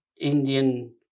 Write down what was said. Indian